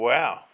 Wow